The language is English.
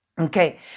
okay